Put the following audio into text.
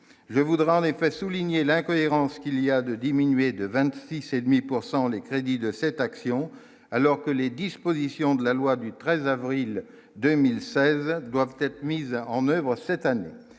je voudrais en effet souligné l'incohérence qu'il y a de diminuer de 26 et demi pourcent les crédits de cette action alors que les dispositions de la loi du 13 avril 2016 doivent être mises en oeuvre cette année